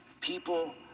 people